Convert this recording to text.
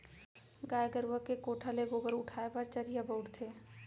गाय गरूवा के कोठा ले गोबर उठाय बर चरिहा बउरथे